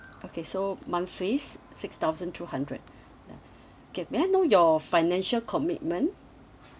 okay so monthlies six thousand two hundred okay may I know your financial commitment